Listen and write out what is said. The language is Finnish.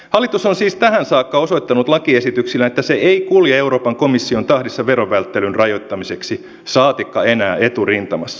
hallitus on siis tähän saakka osoittanut lakiesityksillään että se ei kulje euroopan komission tahdissa verovälttelyn rajoittamiseksi saatikka enää eturintamassa